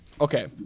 Okay